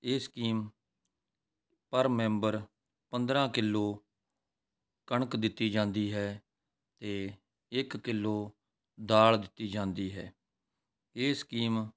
ਇਹ ਸਕੀਮ ਪਰ ਮੈਂਬਰ ਪੰਦਰਾਂ ਕਿਲੋ ਕਣਕ ਦਿੱਤੀ ਜਾਂਦੀ ਹੈ ਅਤੇ ਇੱਕ ਕਿਲੋ ਦਾਲ ਦਿੱਤੀ ਜਾਂਦੀ ਹੈ ਇਹ ਸਕੀਮ